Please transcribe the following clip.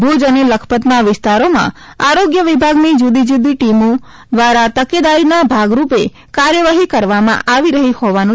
ભુજ અને લખપતના વિસ્તારોમાં આરોગ્ય વિભાગની જુદી જુદી ટીમો દ્વારા તકેદારીના ભાગરૂપે કાર્યવાહી કરવામાં આવી રહી હોવાનું જાણવા મળેલ છે